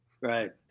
Right